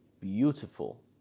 beautiful